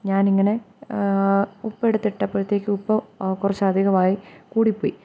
ഞാനിങ്ങനെ ഉപ്പെടുത്തിട്ടപ്പോഴത്തേക്ക് ഉപ്പ് കുറച്ച് അധികമായി കൂടിപ്പോയി